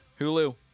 Hulu